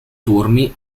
turni